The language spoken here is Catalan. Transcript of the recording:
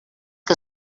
que